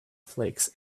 flakes